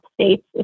states